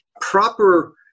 proper